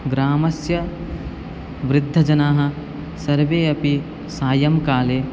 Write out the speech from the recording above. ग्रामस्य वृद्धजनाः सर्वे अपि सायं काले